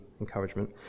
encouragement